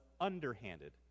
underhanded